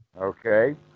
Okay